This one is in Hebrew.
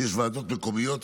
שיש ועדות מקומיות,